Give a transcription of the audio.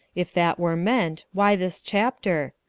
if that were meant, why this chapter?